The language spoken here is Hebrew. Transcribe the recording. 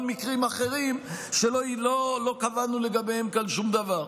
מקרים אחרים שלא קבענו לגביהם כאן שום דבר.